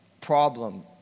problem